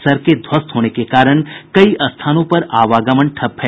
सड़कें ध्वस्त होने के कारण कई स्थानों पर आवागमन ठप है